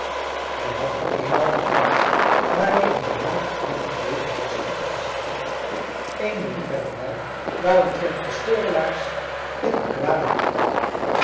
en hij had hem eenmaal betrapt daar hij in den laten avond bezig was strikken te zetten eene liefhebberij waaromtrent de schorelaars in een kwaden naam zijn